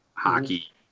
Hockey